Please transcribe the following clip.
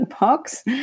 box